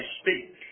speak